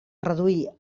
reduir